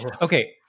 Okay